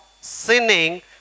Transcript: sinning